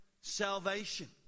salvation